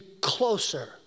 closer